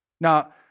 Now